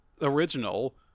original